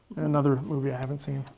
another movie i haven't seen.